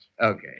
Okay